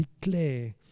declare